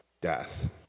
death